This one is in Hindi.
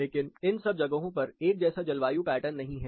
लेकिन इन सब जगहों पर एक जैसा जलवायु पैटर्न नहीं है